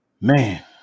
Man